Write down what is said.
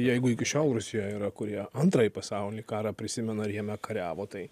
jeigu iki šiol rusijoj yra kurie antrąjį pasaulinį karą prisimena ir jame kariavo tai